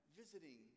visiting